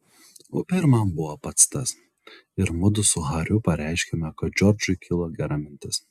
upė ir man buvo pats tas ir mudu su hariu pareiškėme kad džordžui kilo gera mintis